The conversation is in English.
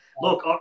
look